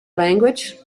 language